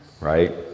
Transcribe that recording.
right